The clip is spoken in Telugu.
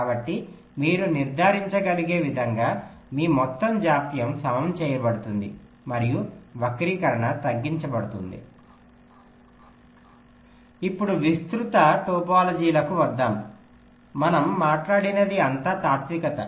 కాబట్టి మీరు నిర్ధారించగలిగే విధంగా మీ మొత్తం జాప్యం సమం చేయబడుతుంది మరియు వక్రీకరణ తగ్గించబడుతుంది ఇప్పుడు విస్తృత టోపోలాజీలకు వద్దాం మనం మాట్లాడినది అంతా తాత్వికత